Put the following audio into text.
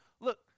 look